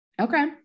Okay